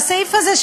והסעיף הזה,